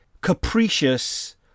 capricious